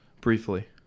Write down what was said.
briefly